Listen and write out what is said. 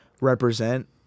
represent